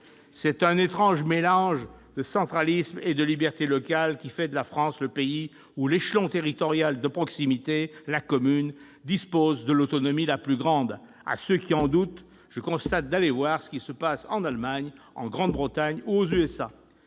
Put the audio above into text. c'est un étrange mélange de centralisme et de liberté locale qui fait de la France le pays où l'échelon territorial de proximité, la commune, dispose de l'autonomie la plus grande. À ceux qui en doutent, je conseille d'aller voir ce qui se passe en Allemagne, au Royaume-Uni ou aux